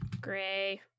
Gray